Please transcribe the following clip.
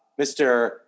Mr